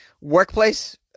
workplace